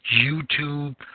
YouTube